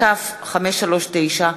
כ/539,